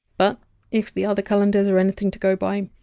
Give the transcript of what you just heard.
but if the other calendars are anything to go by,